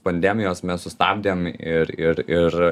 pandemijos mes sustabdėm ir ir ir